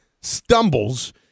stumbles